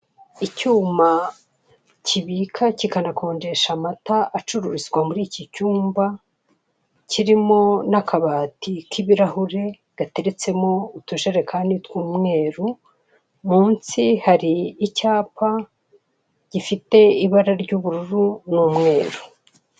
Icyuma kibika kikanakonjesha amata acururizwa muri iki cyumba; kirimo n'akabati k'ibirahure, gateretsemo utujerekani tw'umweru; munsi hari icyapa gifite ibara ry'ubururu n'umweru.